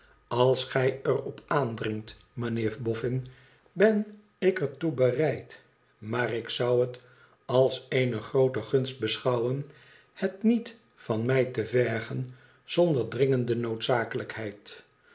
als gij er op aandringt mijnheer bofhn ben ik er toe bereid maar ik zou het als eene groote gunst beschouwen het niet van mij te vergen zonder dringende noodzakelijkheid